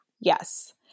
Yes